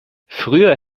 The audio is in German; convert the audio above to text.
früher